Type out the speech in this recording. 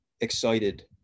excited